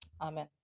Amen